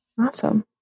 Awesome